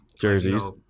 jerseys